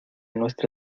nuestra